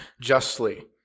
justly